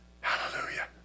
Hallelujah